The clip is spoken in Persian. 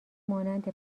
مانند